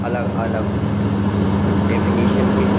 अलग अलग डेफ़िनेशन के